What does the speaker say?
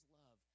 love